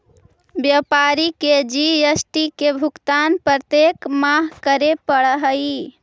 व्यापारी के जी.एस.टी के भुगतान प्रत्येक माह करे पड़ऽ हई